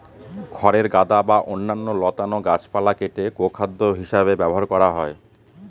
খড়ের গাদা বা অন্যান্য লতানো গাছপালা কেটে গোখাদ্য হিসাবে ব্যবহার করা হয়